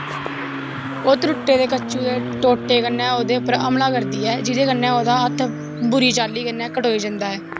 ओह् त्रुट्टे दे कच्चू दे टोटे कन्नै ओह्दे पर हमला करदी ऐ जेह्दे करी ओह्दा हत्थ बुरी चाल्ली कन्नै कटोई जंदा ऐ